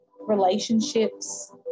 relationships